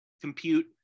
compute